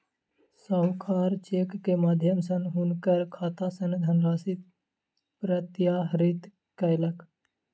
साहूकार चेक के माध्यम सॅ हुनकर खाता सॅ धनराशि प्रत्याहृत कयलक